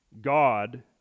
God